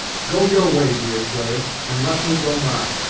go your way, deerslayer, and let me go mine.